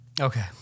okay